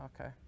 okay